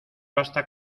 basta